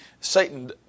Satan